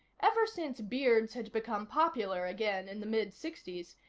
ever since beards had become popular again in the mid-sixties,